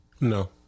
No